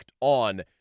On